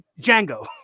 Django